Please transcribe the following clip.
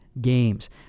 games